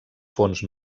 fons